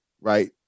right